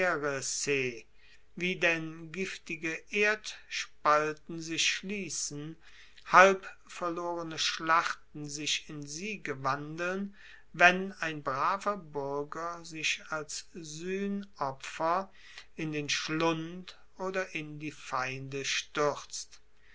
wie denn giftige erdspalten sich schliessen halbverlorene schlachten sich in siege wandeln wenn ein braver buerger sich als suehnopfer in den schlund oder in die feinde stuerzt